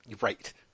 Right